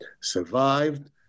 survived